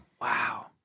Wow